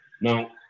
Now